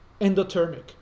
endothermic